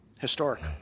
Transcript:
historic